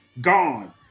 gone